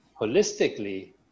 holistically